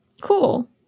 Cool